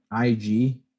Ig